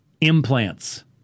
Implants